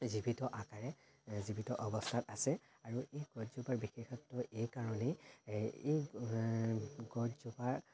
জীৱিত আকাৰে জীৱিত অৱস্থাত আছে আৰু এই গছজোপাৰ বিশেষত্ব এইকাৰণেই এই গছজোপাৰ